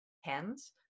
hands